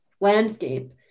landscape